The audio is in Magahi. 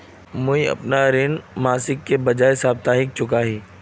मुईअपना ऋण मासिकेर बजाय साप्ताहिक चुका ही